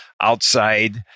outside